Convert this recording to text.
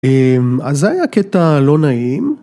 אהם... אז זה היה קטע לא נעים...